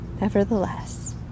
Nevertheless